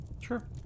Sure